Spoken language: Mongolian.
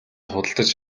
худалдаж